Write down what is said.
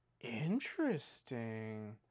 Interesting